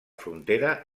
frontera